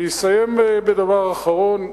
אני אסיים בדבר אחרון: